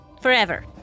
Forever